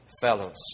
fellows